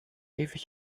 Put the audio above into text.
ewig